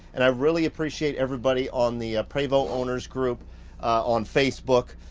and i really appreciate everybody on the prevost owners group on facebook.